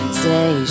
stay